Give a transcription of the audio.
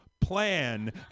plan